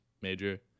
major